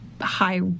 high